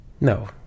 No